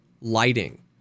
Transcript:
lighting